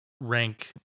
rank